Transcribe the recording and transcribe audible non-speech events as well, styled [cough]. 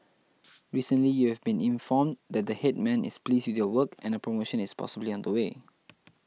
[noise] recently you have been informed that the Headman is pleased with your work and a promotion is possibly on the way